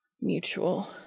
Mutual